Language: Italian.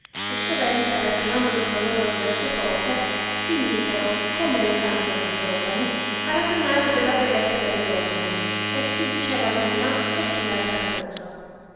e sovente ragionando tra loro diverse cose si misero come è usanza de giovani a ragionare della bellezza delle donne e chi diceva l una e chi altra cosa